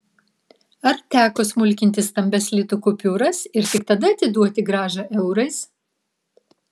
ar teko smulkinti stambias litų kupiūras ir tik tada atiduoti grąžą eurais